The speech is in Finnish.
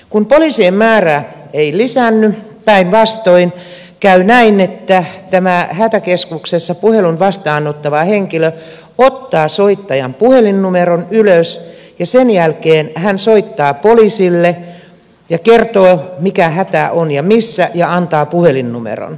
kun polii sien määrä ei lisäänny päinvastoin käy näin että tämä hätäkeskuksessa puhelun vastaanottava henkilö ottaa soittajan puhelinnumeron ylös ja sen jälkeen hän soittaa poliisille ja kertoo mikä hätä on ja missä ja antaa puhelinnumeron